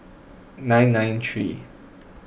nine nine three